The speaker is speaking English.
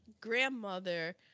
grandmother